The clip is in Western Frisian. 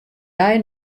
dei